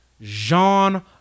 Jean